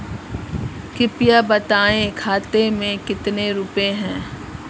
कृपया बताएं खाते में कितने रुपए हैं?